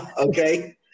Okay